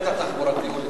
ההיבט התחבורתי,